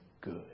good